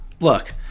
Look